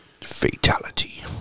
Fatality